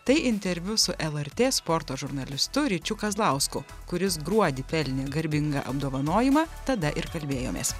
tai interviu su lrt sporto žurnalistu ryčiu kazlausku kuris gruodį pelnė garbingą apdovanojimą tada ir kalbėjomės